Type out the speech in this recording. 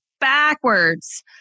backwards